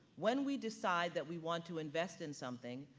when we decide that we want to invest in something,